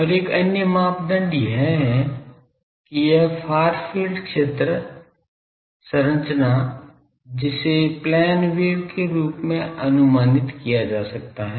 और एक अन्य मापदंड यह है कि यह फार फील्ड क्षेत्र संरचना जिसे प्लेन वेव के रूप में अनुमानित किया जा सकता है